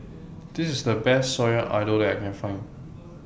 This IS The Best Sayur Lodeh that I Can Find